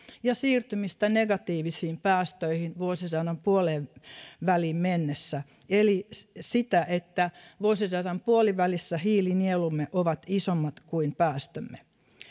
ja siirtymistä negatiivisiin päästöihin vuosisadan puoleenväliin mennessä eli sitä että vuosisadan puolivälissä hiilinielumme ovat isommat kuin päästömme